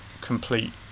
complete